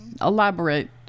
elaborate